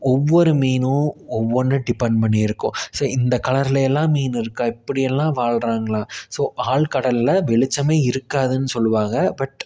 ஒவ்வொரு மீனும் ஒவ்வொன்றை டிபென்ட் பண்ணி இருக்கும் ஸோ இந்த கலர்லையெல்லாம் மீன் இருக்கா இப்படியெல்லாம் வாழுறாங்களா ஸோ ஆழ்கடலில் வெளிச்சமே இருக்காதுன்னு சொல்லுவாங்க பட்